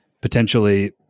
potentially